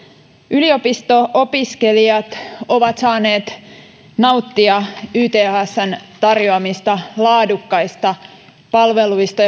yliopisto opiskelijat ovat saaneet nauttia ythsn tarjoamista laadukkaista palveluista